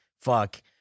Fuck